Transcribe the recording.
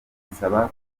kunsaba